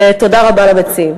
ותודה רבה למציעים.